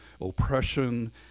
oppression